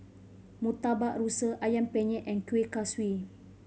Murtabak Rusa Ayam Penyet and kueh kosui